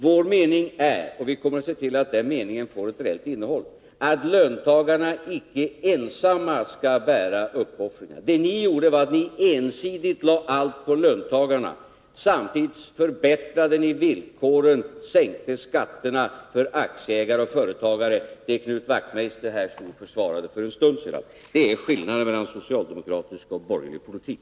Vår mening är — och vi kommer att se till att den meningen får ett reellt innehåll — att löntagarna inte ensamma skall bära uppoffringarna. Det ni gjorde var att ni ensidigt lade allt på löntagarna. Samtidigt förbättrade ni villkoren och sänkte skatterna för aktieägare och företagare — det som Knut Wachtmeister stod och försvarade här för en stund sedan. Det är skillnaden mellan socialdemokratisk och borgerlig politik.